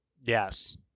Yes